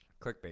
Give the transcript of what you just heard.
clickbait